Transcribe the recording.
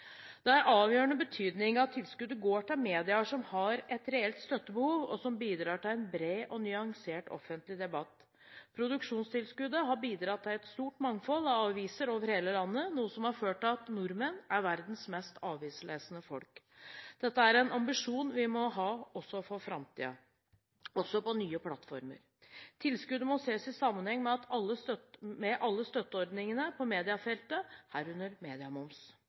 er av avgjørende betydning at tilskuddet går til medier som har et reelt støttebehov, og som bidrar til en bred og nyansert offentlig debatt. Produksjonstilskuddet har bidratt til et stort mangfold av aviser over hele landet, noe som har ført til at nordmenn er verdens mest avislesende folk. Dette er en ambisjon vi må ha også for framtiden – også på nye plattformer. Tilskuddet må ses i sammenheng med alle støtteordningene på mediefeltet, herunder mediemoms.